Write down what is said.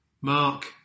Mark